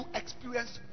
experience